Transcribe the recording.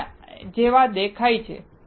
આ તેના જેવો દેખાય છે